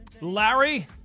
Larry